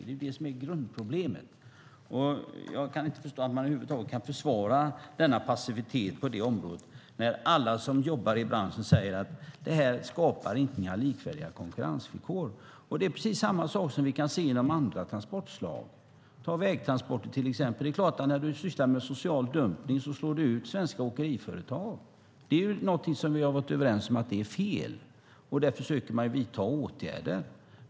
Det är grundproblemet. Jag kan inte förstå att man över huvud taget kan försvara denna passivitet på området när alla som jobbar i branschen säger att det inte skapar likvärdiga konkurrensvillkor. Precis samma sak kan vi se inom andra transportslag. När du sysslar med social dumpning slår du ut svenska åkeriföretag. Vi har varit överens om att det är fel. Därför försöker vi vidta åtgärder.